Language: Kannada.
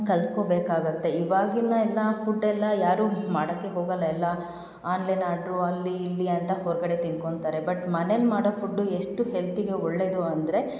ಕಲ್ತ್ಕೋಬೇಕಾಗುತ್ತೆ ಇವಾಗಿನ ಎಲ್ಲ ಫುಡ್ಡೆಲ್ಲ ಯಾರೂ ಮಾಡೋಕ್ಕೇ ಹೋಗಲ್ಲ ಎಲ್ಲ ಆನ್ಲೈನ್ ಆರ್ಡ್ರು ಅಲ್ಲಿ ಇಲ್ಲಿ ಅಂತ ಹೊರಗಡೆ ತಿನ್ಕೋತಾರೆ ಬಟ್ ಮನೆಲಿ ಮಾಡೋ ಫುಡ್ಡು ಎಷ್ಟು ಹೆಲ್ತಿಗೆ ಒಳ್ಳೆಯದು ಅಂದರೆ